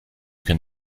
can